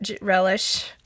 relish